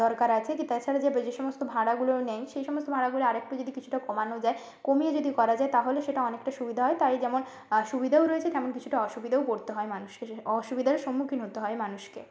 দরকার আছে কী তাছাড়া যে সমস্ত ভাড়াগুলো নেয় সেই সমস্ত ভাড়াগুলো আর একটু যদি কিছুটা কমানো যায় কমিয়ে যদি করা যায় তাহলে সেটা অনেকটা সুবিধা হয় তাই যেমন সুবিধেও রয়েছে তেমন কিছুটা অসুবিধেও পড়তে হয় মানুষকে অসুবিধের সম্মুখীন হতে হয় মানুষকে